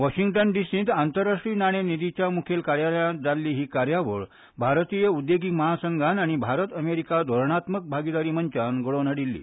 वॉशिंग्टन डिसींत आंतरराष्ट्रीय नाणे निधीच्या मुखेल कार्यालयांत जाल्ली ही कार्यावण भारतीय उद्देगीक म्हासंघान आनी भारत अमेरिका धोरणात्मक भागिदारी मंचान घडोवन हाडिल्ली